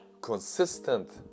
consistent